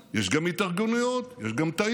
יש גם ארגונים, יש גם התארגנויות, יש גם תאים,